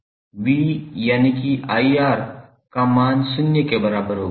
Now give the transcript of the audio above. V यानी I R का मान शून्य के बराबर होगा